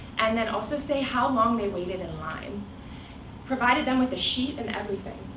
and then also say how long they waited in line provided them with a sheet and everything.